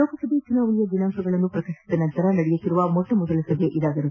ಲೋಕಸಭಾ ಚುನಾವಣೆಯ ದಿನಾಂಕಗಳನ್ನು ಪ್ರಕಟಿಸಿದ ನಂತರ ನಡೆಯುತ್ತಿರುವ ಮೊಟ್ಟ ಮೊದಲ ಸಭೆ ಇದಾಗಿದೆ